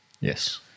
Yes